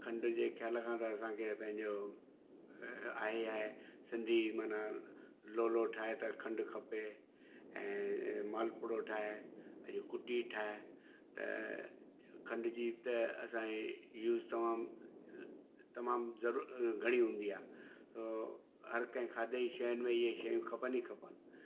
खंद जे ख़्याल खां त असांखे पंहिंजो आहे ई आहे सिंधी माना लोलो ठाहे त खंड खपे ऐं मालपूड़ो ठाहे इहो कूटी ठाहे त खंड जी त असांजे यूज़ तमामु तमामु ज़रूरु घणी हूंदी आहे उहो हर कंहिं खाधे जी शयुनि में इहे शयूं खपनि ई खपनि